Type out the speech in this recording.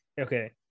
Okay